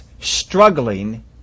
struggling